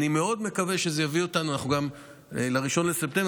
אני מאוד מקווה שזה יביא אותנו ל-1 בספטמבר,